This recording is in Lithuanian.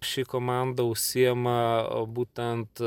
ši komanda užsiima būtent